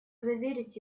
заверить